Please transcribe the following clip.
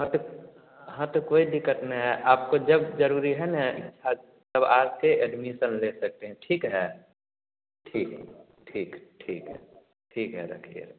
हाँ तो हाँ तो कोई दिक़्क़त नहीं है आपको जब ज़रूरी है ना इच्छा तब आकर एडमिसन ले सकते हैं ठीक है ठीक ठीक ठीक है ठीक है रखिए रखिए